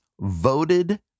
voted